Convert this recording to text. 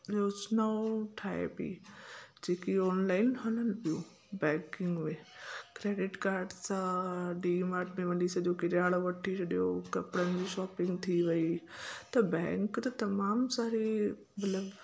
योजनाऊं ठाहे पेई जेकी ऑनलाइन हलनि पियूं बैंकिंग वे क्रेडिट काड सां डीमार्ट में वञी सॼो किरियाणो वठी छॾियो कपिड़नि जी शॉपिंग थी वेई त बैंक त तमामु सारी मतलबु